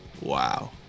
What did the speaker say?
wow